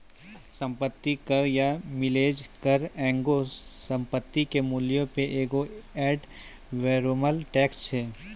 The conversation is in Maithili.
सम्पति कर या मिलेज कर एगो संपत्ति के मूल्यो पे एगो एड वैलोरम टैक्स छै